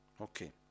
Okay